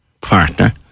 partner